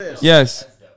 yes